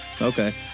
Okay